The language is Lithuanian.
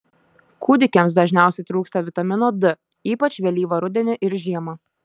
kūdikiams dažniausiai trūksta vitamino d ypač vėlyvą rudenį ir žiemą